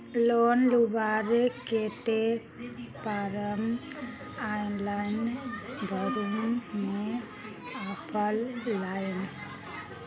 Loan लुबार केते form online भरुम ने ऑफलाइन?